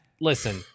listen